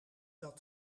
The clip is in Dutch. dat